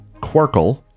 quarkle